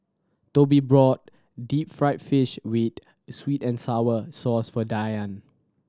Tobie brought deep fried fish with sweet and sour sauce for Dyan